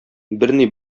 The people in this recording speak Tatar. берни